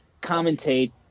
commentate